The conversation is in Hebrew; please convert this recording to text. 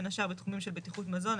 בין השאר בתחומים של בטיחות מזון,